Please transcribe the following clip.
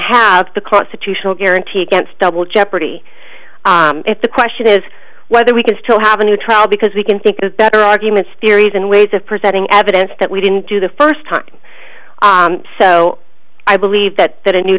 have the constitutional guarantee against double jeopardy if the question is whether we can still have a new trial because we can think of better arguments theories and ways of presenting evidence that we didn't do the first time so i believe that that a new